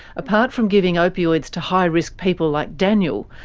apart from giving opioids to high-risk people like daniel,